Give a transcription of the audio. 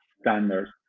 standards